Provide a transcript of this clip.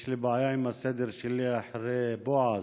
יש לי בעיה עם הסדר שלי אחרי בועז,